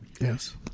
Yes